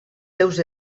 seus